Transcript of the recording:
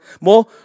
More